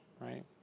right